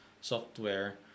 software